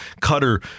cutter